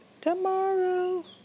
tomorrow